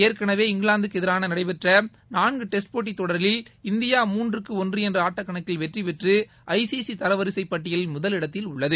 ஏற்களவே இங்கிலாந்து எதிராக நடைபெற்ற நான்கு டெஸ்ட் போட்டித் தொடரில் இந்தியா மூன்றுக்கு ஒன்று என்ற ஆட்டக் கணக்கில் வெற்றி பெற்று ஐசிசி தரவரிசை பட்டியலில் முதலிடத்தில் உள்ளது